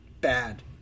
Bad